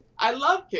i love kids.